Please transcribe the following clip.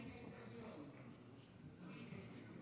האמת היא שראש הממשלה וכל חברי הקואליציה המציאו